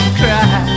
cry